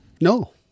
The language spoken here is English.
No